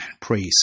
Praise